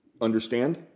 understand